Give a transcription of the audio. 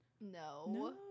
no